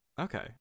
Okay